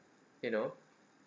you know